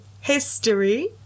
history